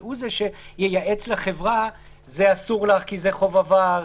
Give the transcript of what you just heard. הוא זה שייעץ לחברה: זה אסור לך כי זה חוב עבר,